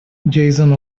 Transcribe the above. jason